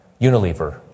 Unilever